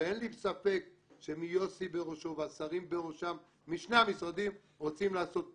ואין לי ספק שיוסי והשרים משני המשרדים רוצים לעשות טוב,